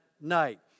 night